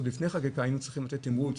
עוד לפני חקיקה היינו צריכים לתת תמרוץ,